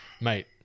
mate